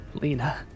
Lena